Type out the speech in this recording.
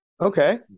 Okay